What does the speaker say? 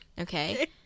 okay